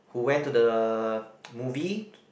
who went to the movie